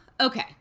Okay